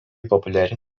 populiari